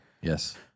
Yes